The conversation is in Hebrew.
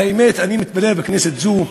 והאמת, אני מתפלא, בכנסת זו,